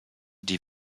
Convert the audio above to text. die